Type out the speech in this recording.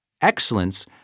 Excellence